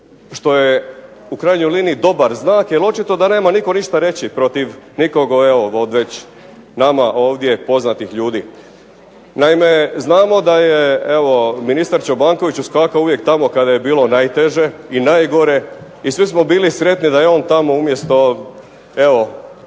što je u krajnjoj liniji dobar znak, jer očito da nema nitko ništa reći protiv nikog od već nama ovdje poznatih ljudi. Naime znamo da je evo ministar Čobanković uskakao uvijek tamo kada je bilo najteže i najgore, i svi smo bili sretni da je on tamo umjesto evo